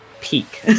peak